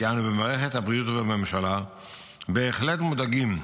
אנו במערכת הבריאות ובממשלה בהחלט מודאגים,